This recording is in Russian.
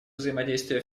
взаимодействие